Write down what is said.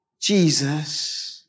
Jesus